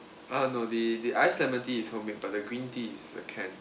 ah no the the iced lemon tea is homemade but the green tea is the canned